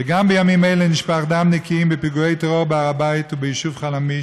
וגם בימים אלה נשפך דם נקיים בפיגועי טרור בהר הבית וביישוב חלמיש,